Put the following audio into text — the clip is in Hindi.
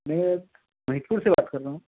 मैं महेशपुर से बात कर रहा हूँ